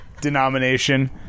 denomination